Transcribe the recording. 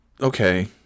Okay